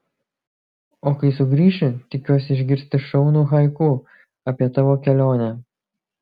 o kai sugrįši tikiuosi išgirsti šaunų haiku apie tavo kelionę